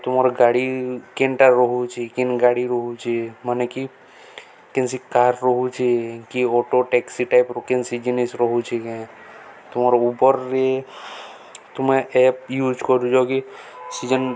ତୁମର ଗାଡ଼ି କେନ୍ଟା ରହୁଚ କେନ୍ ଗାଡ଼ି ରହୁଚେ ମାନେ କି କେନ୍ସି କାର୍ ରହୁଚେ କି ଅଟୋ ଟ୍ୟାକ୍ସି ଟାଇପରୁ କେନନ୍ସି ଜିନିଷ ରହୁଚ କ ତୁମର ଉବରରେ ତୁମେ ଏପ୍ ୟୁଜ୍ କରୁଚ କି ସିଜନ